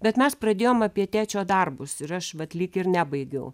bet mes pradėjom apie tėčio darbus ir aš vat lyg ir nebaigiau